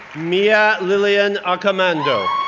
mia lillian accomando,